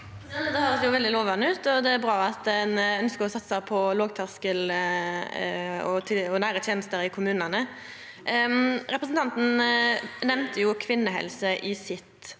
Dette høyrest veldig lovande ut. Det er bra at ein ønskjer å satsa på lågterskeltilbod og nære tenester i kommunane. Representanten nemnde kvinnehelse i sitt